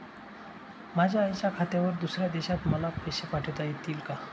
माझ्या आईच्या खात्यावर दुसऱ्या देशात मला पैसे पाठविता येतील का?